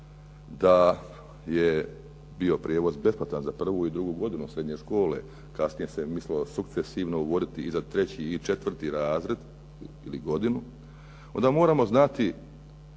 da je bio prijevoz besplatan za prvu i drugu godinu srednje škole, kasnije se mislilo sukcesivno uvoditi i za treći i četvrti razred ili godinu onda moramo znati